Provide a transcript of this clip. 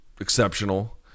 exceptional